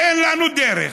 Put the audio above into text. אין לנו דרך,